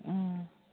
ꯑꯣ